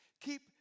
Keep